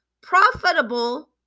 profitable